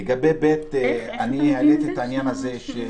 לגבי (ב), אני העליתי את העניין הזה.